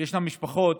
ויש משפחות